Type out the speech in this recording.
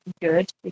good